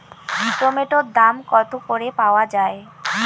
টমেটোর দাম কত করে পাওয়া যায়?